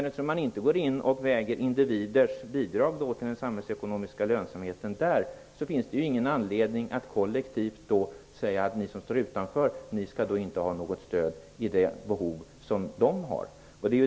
Eftersom man inte väger in individers bidrag till den samhällsekonomiska lönsamheten där, finns det ingen anledning att kollektivt säga att de som står utanför inte skall ha något stöd i de behov som de har.